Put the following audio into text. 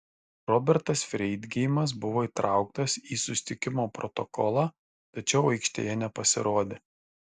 robertas freidgeimas buvo įtrauktas į susitikimo protokolą tačiau aikštėje nepasirodė